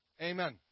Amen